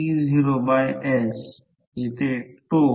तर सर्वकाही मोजले आहे हे अंतर 2 आहे आणि अपूर्णांक शोधून काढायचा आहे